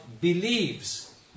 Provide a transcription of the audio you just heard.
believes